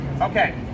Okay